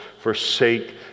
forsake